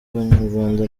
banyarwanda